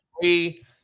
three